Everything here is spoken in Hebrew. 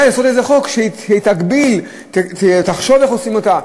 לעשות איזה חוק שיגביל, שיחשוב איך עושים אותה.